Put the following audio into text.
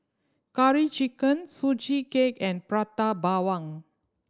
Curry Chicken Sugee Cake and Prata Bawang